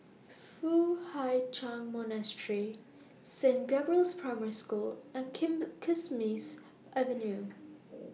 Foo Hai Ch'An Monastery Saint Gabriel's Primary School and Kismis Avenue